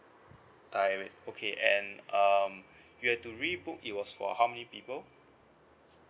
thai airway okay and um you have to rebook it was for how many people